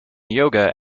yoga